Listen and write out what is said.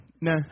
no